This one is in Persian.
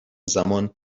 زمان